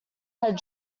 had